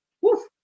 woof